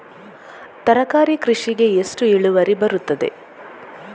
ತರಕಾರಿ ಕೃಷಿಗೆ ಎಷ್ಟು ಇಳುವರಿ ಬರುತ್ತದೆ?